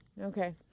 okay